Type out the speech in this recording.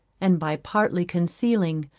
and, by partly concealing,